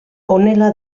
honela